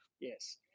yes